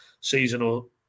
seasonal